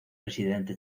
presidente